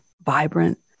vibrant